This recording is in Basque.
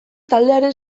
taldearen